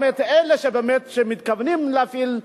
גם את אלה שבאמת מתכוונים להפעיל,